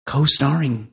Co-starring